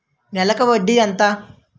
నెలకి వడ్డీ ఎంత?